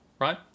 right